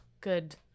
good